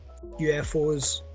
UFOs